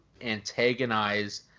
antagonize